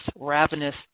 ravenous